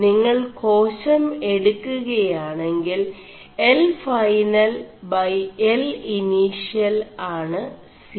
നിÆൾ േകാശം എടു ുകയാെണ ിൽ L ൈഫനൽ L ഇനിഷçൽ ആണ് സി